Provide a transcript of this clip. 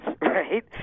right